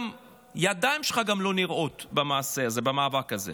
גם הידיים שלך לא נראות במעשה הזה, במאבק הזה.